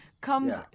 Comes